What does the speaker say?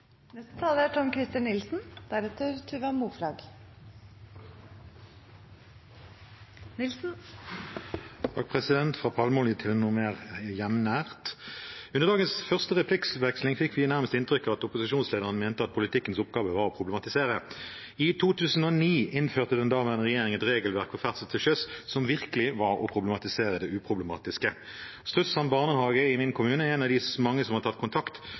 Fra palmeolje til noe mer hjemnært. Under dagens første replikkveksling fikk vi nærmest inntrykk av at opposisjonslederen mente at politikkens oppgave var å problematisere. I 2009 innførte den daværende regjeringen et regelverk for ferdsel til sjøs som virkelig var å problematisere det uproblematiske. Strusshamn barnehage i min kommune er en av de mange som har tatt kontakt